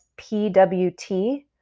PWT